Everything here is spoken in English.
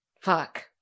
Fuck